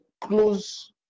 close